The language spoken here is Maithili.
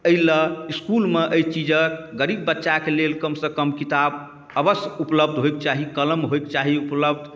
एहिलए इसकुलमे एहि चीजके गरीब बच्चाके लेल कमसँ कम किताब अवश्य उपलब्ध होइके चाही कलम होइके चाही उपलब्ध